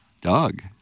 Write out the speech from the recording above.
Doug